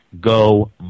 Go